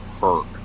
hurt